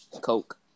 Coke